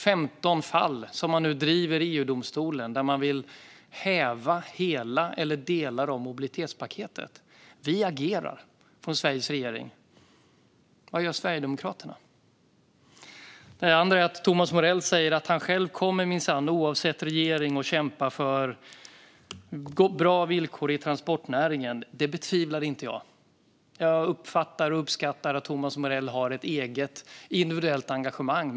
15 fall drivs nu i EU-domstolen där man vill häva hela eller delar av mobilitetspaketet. Sveriges regering agerar. Vad gör Sverigedemokraterna? Thomas Morell säger att han minsann själv, oavsett regering, kommer att kämpa för bra villkor i transportnäringen. Det betvivlar jag inte. Jag uppskattar att Thomas Morell har ett eget individuellt engagemang.